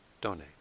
donate